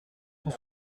cent